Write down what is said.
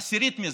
עשירית מזה.